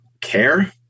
care